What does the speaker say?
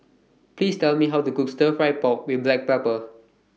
Please Tell Me How to Cook Stir Fry Pork with Black Pepper